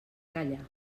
callar